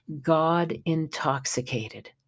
God-intoxicated